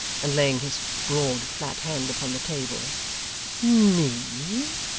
and laying his broad flat hand upon the table me,